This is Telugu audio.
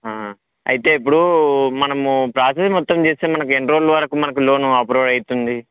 అయితే ఇప్పుడు మనము ప్రాసెస్ మొత్తం చేస్తే మనకు ఎన్ని రోజుల వరకు మనకు లోన్ అప్రూవల్ అవుతుంది